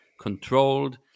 controlled